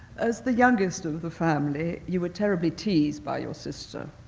as the youngest of the family, you were terribly teased by your sister,